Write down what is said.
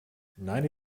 ninety